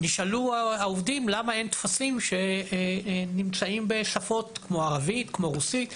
העובדים נשאלו למה אין טפסים בשפות כמו ערבית ורוסית,